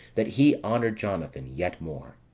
that he honoured jonathan yet more.